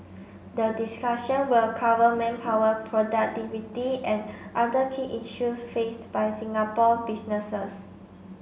the discussion will cover manpower productivity and other key issues faced by Singapore businesses